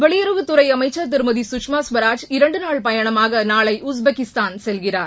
வெளியுறவுத்துறை அமைச்சர் திருமதி கஷ்மா கவராஜ் இரண்டு நாள் பயணமாக நாளை உஸ்பெகிஸ்தான் செல்கிறார்